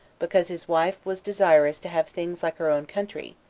because his wife was desirous to have things like her own country,